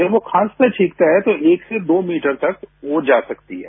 जब वह खांसता छिंकता है तो वह एक से दो मीटर तक वो जा सकती है